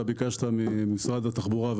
אתה ביקשת ממשרד התחבורה,